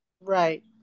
right